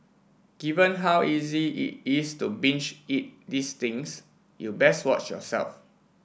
given how easy it is to binge eat these things you best watch yourself